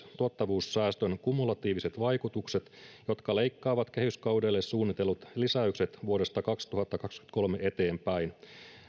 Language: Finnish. tuottavuussäästön kumulatiiviset vaikutukset jotka leikkaavat kehyskaudelle suunnitellut lisäykset vuodesta kaksituhattakaksikymmentäkolme eteenpäin